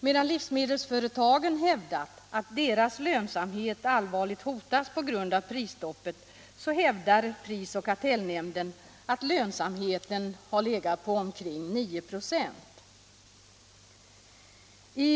Medan livsmedelsföretagen har hävdat att deras lönsamhet allvarligt hotats på grund av prisstoppet hävdar pris och kartellnämnden att lönsamheten har legat på omkring 9 96.